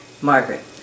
Margaret